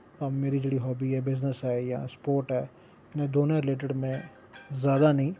मेरी जेह्ड़ी हाबी ऐ बिज़नस ऐ जां स्पोर्ट ऐ दोनै दे रिलेटड में ज्यादा नेईं